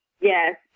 Yes